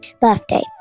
birthday